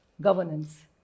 governance